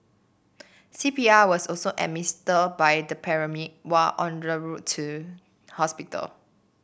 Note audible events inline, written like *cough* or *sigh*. C P R was also *unintelligible* by the paramedic while are route to hospital